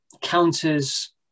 counters